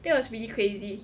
that was really crazy